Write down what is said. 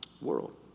world